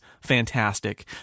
fantastic